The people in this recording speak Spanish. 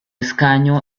escaño